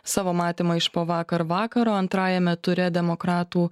savo matymą iš po vakar vakaro antrajame ture demokratų